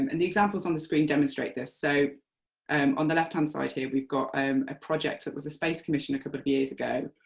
and the examples on the screen demonstrate this. so and on the left-hand side here we've got um a project that was a space commission a couple of years ago,